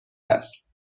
است